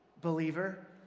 believer